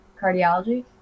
cardiology